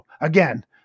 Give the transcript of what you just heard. again